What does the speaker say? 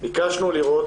ביקשנו לראות